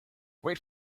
wait